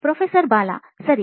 professor Bala ಸರಿ